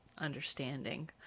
understanding